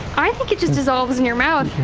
i think it just dissolves in your mouth,